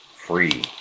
free